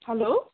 hello